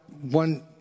one